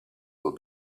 will